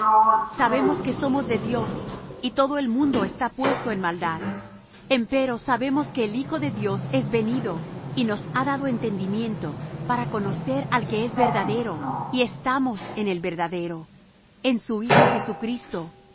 sabemos que somos de dios y todo el mundo está puesto en maldad empero sabemos que el hijo de dios es venido y nos ha dado entendimiento para conocer al que es verdadero y estamos en el verdadero en su hijo jesucristo